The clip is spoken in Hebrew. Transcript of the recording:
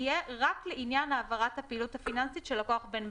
שכבר עברה נקבע שיש למפקח סמכות להטיל עיצום כספי